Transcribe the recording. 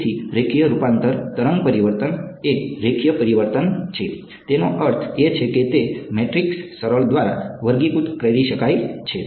તેથી રેખીય રૂપાંતર તરંગ પરિવર્તન એ રેખીય પરિવર્તન છે તેનો અર્થ એ છે કે તે મેટ્રિક્સ સરળ દ્વારા વર્ગીકૃત કરી શકાય છે